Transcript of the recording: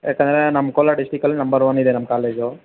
ಯಾಕೆಂದರೆ ನಮ್ಮ ಕೋಲಾರ ಡಿಸ್ಟ್ರಿಕಲ್ಲಿ ನಂಬರ್ ಒನ್ ಇದೆ ನಮ್ಮ ಕಾಲೇಜು